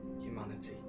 humanity